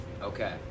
Okay